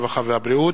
הרווחה והבריאות,